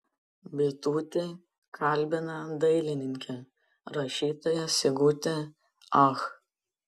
bitutė kalbina dailininkę rašytoją sigutę ach